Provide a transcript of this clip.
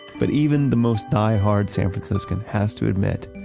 but even the most diehard san franciscan has to admit,